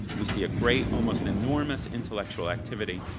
we see a great, almost enormous, intellectual activity,